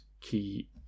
key